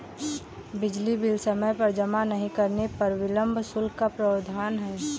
बिजली बिल समय पर जमा नहीं करने पर विलम्ब शुल्क का प्रावधान है